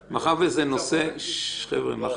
אנחנו לא נותנים לו את שיקול הדעת הזה לעשות